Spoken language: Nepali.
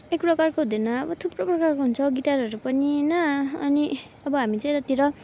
एक प्रकारको हुँदैन अब थुप्रो प्रकारको हुन्छ गिटारहरू पनि होइन अनि अब हामी चाहिँ यतातिर